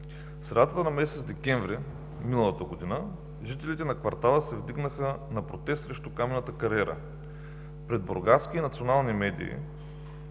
В средата на месец декември миналата година жителите на квартала се вдигнаха на протест срещу каменната кариера. Пред бургаски национални медии